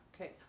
Okay